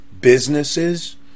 businesses